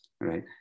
right